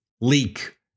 leak